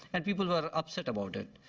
and people were upset about it.